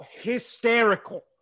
hysterical